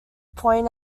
point